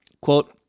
Quote